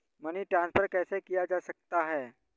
Money transfer कैसे किया जा सकता है?